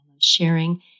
sharing